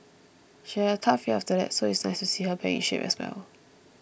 she had a tough year after that so it's nice to see her back in shape as well